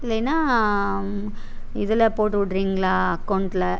இல்லைன்னா இதில் போட்டு விட்றீங்களா அக்கௌண்ட்ல